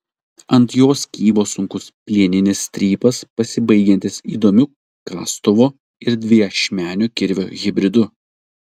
ant jos kybo sunkus plieninis strypas pasibaigiantis įdomiu kastuvo ir dviašmenio kirvio hibridu